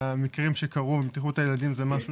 המקרים שקרו עם בטיחות הילדים זה משהו